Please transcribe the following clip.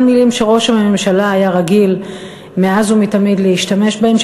מילים שראש הממשלה היה רגיל מאז ומתמיד להשתמש בהן,